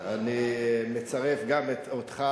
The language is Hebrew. אני מצטרף אני מצרף גם אותך.